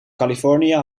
californië